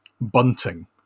bunting